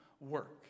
work